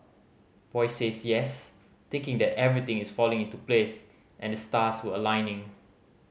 boy says yes thinking that everything is falling into place and the stars were aligning